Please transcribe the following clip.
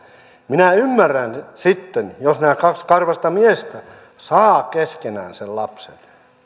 minä ymmärrän sitten jos nämä kaksi karvaista miestä saavat keskenään sen lapsen